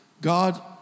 God